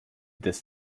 this